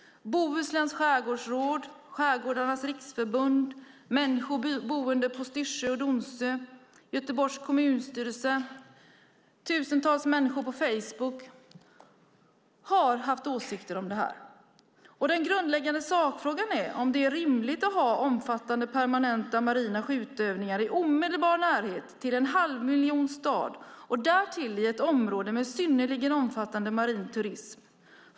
Bohusläns Skärgårdsråd, Skärgårdarnas Riksförbund, människor boende på Styrsö och Donsö, Göteborgs kommunstyrelse och tusentals människor på Facebook har haft åsikter om det här. Den grundläggande sakfrågan är om det är rimligt att ha omfattande permanenta marina skjutövningar i omedelbar närhet till en halvmiljonstad och därtill i ett område med synnerligen omfattande marin turism.